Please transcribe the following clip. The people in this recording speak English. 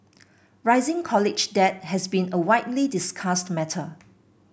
rising college debt has been a widely discussed matter